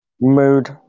mood